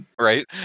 Right